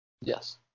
Yes